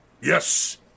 Yes